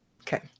Okay